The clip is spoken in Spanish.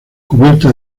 cubierta